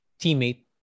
teammate